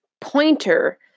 pointer